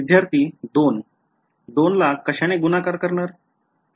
विध्यार्थी२ २ ला कश्याने गुणाकार करणार